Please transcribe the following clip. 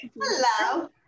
Hello